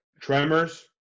tremors